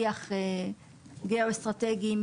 צה"ל והאגף האסטרטגי,